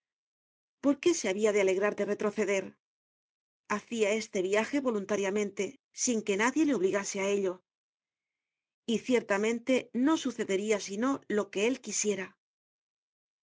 absurda porqué se habia de alegrar de retroceder hacia este viaje voluntariamente sin que nadie le obligase á ello y ciertamente no sucederia sino lo que él quisiera